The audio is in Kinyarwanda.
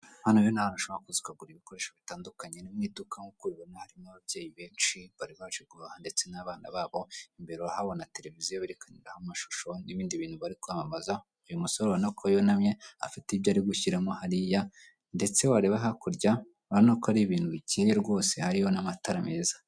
Hano rero n'ahantu ushobora kuza ukagurira ibikoresho bitandukanye mu iduka nk'uko ubibona harimo ababyeyi benshi bari baje guhaha ndetse n'abana babo imbere urahabona na televiziyo barekaniraho amashusho n'ibindi bintu bari kwamamaza ,uyu musore urabona ko yunamye afite ibyo ari gushyiramo hariya ndetse wareba hakurya urabona ko ari ibintu bikeye rwose hariyo n'amatara meza.